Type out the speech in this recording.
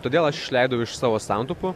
todėl aš išleidau iš savo santaupų